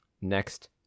next